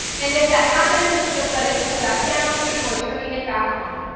and, if that happens just let it cool back down before turning it back on.